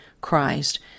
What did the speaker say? Christ